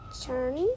turn